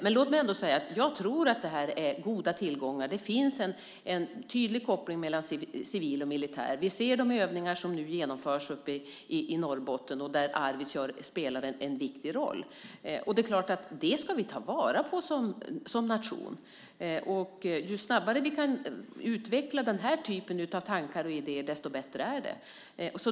Men låt mig ändå säga att jag tror att det här är goda tillgångar. Det finns tydlig koppling mellan det civila och det militära. Vi ser de övningar som nu genomförs i Norrbotten, där Arvidsjaur spelar en viktig roll. Det är klart att vi ska ta vara på det som nation. Ju snabbare vi kan utveckla den här typen av tankar och idéer, desto bättre är det.